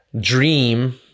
dream